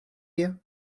you